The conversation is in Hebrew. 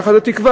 ככה, זו תקווה.